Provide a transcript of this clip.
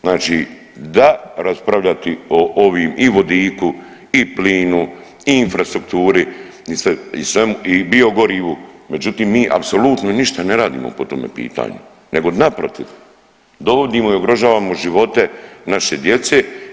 Znači da raspravljati o ovim i vodiku i plinu i infrastrukturi i biogorivu, međutim mi apsolutno ništa ne radimo po tom pitanju nego naprotiv, dovodimo i ugrožavamo živote naše djece.